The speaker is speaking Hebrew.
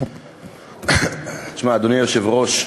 שמע, אדוני היושב-ראש,